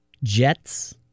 jets